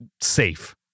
safe